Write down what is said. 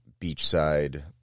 beachside